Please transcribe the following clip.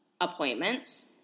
appointments